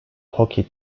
hockey